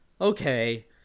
okay